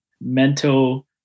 mental